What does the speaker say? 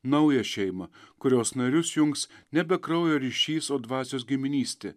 naują šeimą kurios narius jungs nebe kraujo ryšys o dvasios giminystė